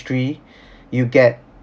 you get